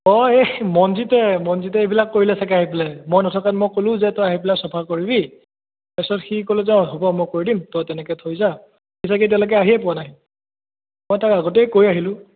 অ' এই মঞ্জিতে মঞ্জিতে এইবিলাক কৰিলে চাগে আহি পেলাই মই নথকাত মই ক'লোঁ যে তই আহি চাফা কৰিবি তাৰপিছত সি ক'লে যে হ'ব মই কৰি দিম তই তেনেকৈ থৈ যা সি চাগে এতিয়ালৈকে আহিয়েই পোৱা নাই মই তাক আগতেই কৈ আহিলোঁ